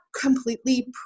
completely